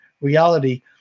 reality